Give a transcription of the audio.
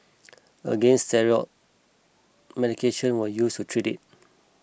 again steroid medication was used to treat it